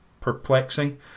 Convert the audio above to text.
perplexing